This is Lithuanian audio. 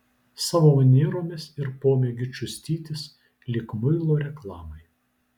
savo manieromis ir pomėgiu čiustytis lyg muilo reklamai